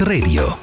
Radio